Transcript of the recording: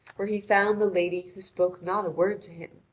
where he found the lady who spoke not a word to him.